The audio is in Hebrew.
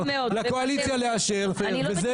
לקואליציה לאשר וזה צריך להיות כאן.